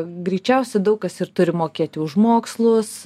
greičiausiai daug kas ir turi mokėti už mokslus